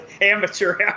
Amateur